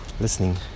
listening